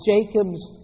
Jacob's